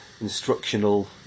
instructional